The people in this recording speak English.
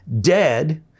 dead